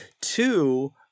two